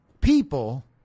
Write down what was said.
people